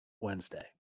Wednesday